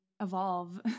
evolve